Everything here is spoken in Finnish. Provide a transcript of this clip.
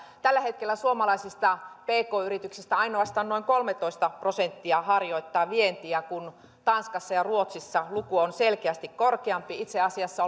tällä hetkellä suomalaisista pk yrityksistä ainoastaan noin kolmetoista prosenttia harjoittaa vientiä kun tanskassa ja ruotsissa luku on selkeästi korkeampi itse asiassa